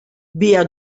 via